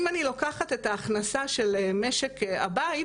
אם אני לוקחת את ההכנסה של משק הבית,